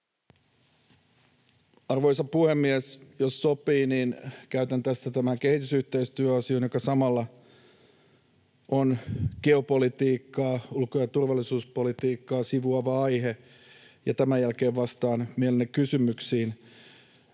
Arvoisa puhemies! Jos sopii, niin käytän tämän kehitysyhteistyöasiaan, joka samalla on geopolitiikkaa, ulko- ja turvallisuuspolitiikkaa sivuava aihe, ja tämän jälkeen vastaan mielelläni kysymyksiin.